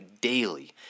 daily